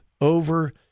over